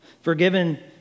Forgiven